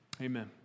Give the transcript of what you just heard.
Amen